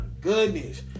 goodness